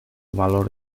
valor